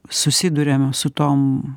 susiduriam su tom